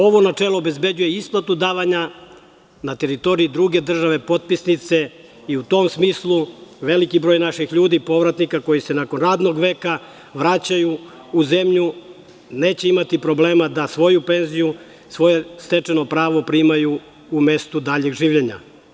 Ovo načelo obezbeđuje isplatu davanja na teritoriji druge države potpisnice i u tom smislu veliki broj naših ljudi povratnika koji se nakon radnog veka vraćaju u zemlju neće imati problema da svoju penziju, svoje stečeno pravo primaju u mestu daljeg življenja.